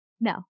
No